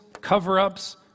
cover-ups